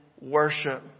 worship